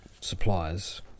suppliers